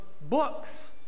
books